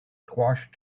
squashed